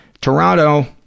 Toronto